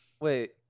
Wait